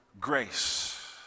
grace